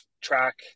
track